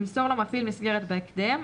ימסור לו מפעיל מסגרת בהקדם,